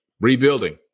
rebuilding